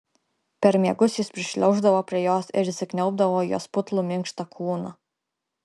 per miegus jis prišliauždavo prie jos ir įsikniaubdavo į jos putlų minkštą kūną